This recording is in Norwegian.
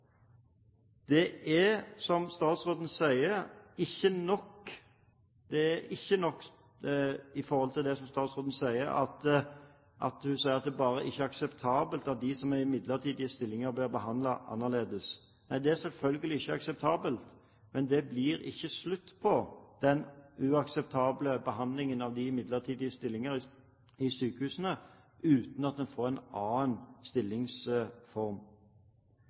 Statsråden sier at det ikke er akseptabelt at de som er i midlertidige stillinger, blir behandlet annerledes. Nei, det er selvfølgelig ikke akseptabelt, men det blir ikke slutt på den uakseptable behandlingen av dem som er i midlertidige stillinger i sykehusene, uten at man får en annen stillingsform.